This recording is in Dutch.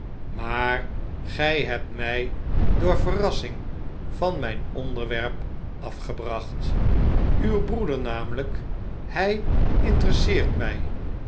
maar gij hebt mij door verrassing van mijn onderwerp afgebracht uw broeder namelijk hij interesseert mij